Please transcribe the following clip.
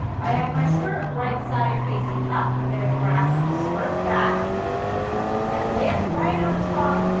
i have my skirt right side facing up, i'm going to grab the skirt back and lay it right on top,